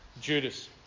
Judas